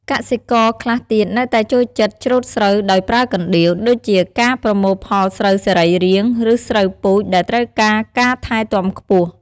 កសិករខ្លះទៀតនៅតែចូលចិត្តច្រូតស្រូវដោយប្រើណ្ដៀវ ដូចជាការប្រមូលផលស្រូវសរីរាង្គ ឬស្រូវពូជ ដែលត្រូវការការថែទាំខ្ពស់។